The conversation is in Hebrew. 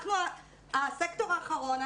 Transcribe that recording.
אנחנו הסקטור האחרון.